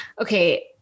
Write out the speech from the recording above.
okay